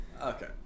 Okay